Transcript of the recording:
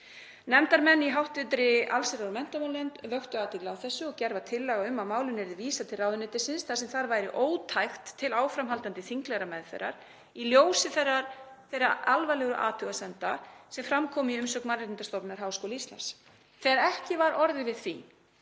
Nefndarmenn í hv. allsherjar- og menntamálanefnd vöktu athygli á þessu og gerð var tillaga um að málinu yrði vísað til ráðuneytisins þar sem það væri ótækt til áframhaldandi þinglegrar meðferðar í ljósi þeirra alvarlegu athugasemda sem fram komu í umsögn Mannréttindastofnunar Háskóla Íslands. Þegar ekki var orðið við því